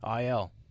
IL